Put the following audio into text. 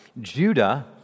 Judah